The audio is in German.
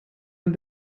ein